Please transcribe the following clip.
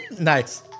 Nice